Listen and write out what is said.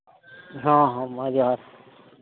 ᱦᱚᱸ ᱦᱚᱸ ᱢᱟ ᱡᱚᱸᱦᱟᱨ